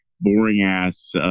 boring-ass